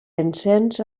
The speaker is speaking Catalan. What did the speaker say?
encens